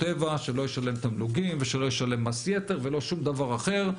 טבע שלא ישלם תמלוגים ושלא ישלם מס יתר ולא שום דבר אחר.